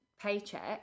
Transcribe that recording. paycheck